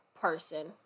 person